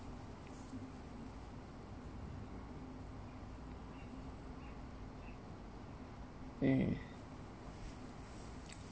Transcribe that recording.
mm